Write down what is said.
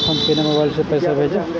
हम केना मोबाइल से पैसा भेजब?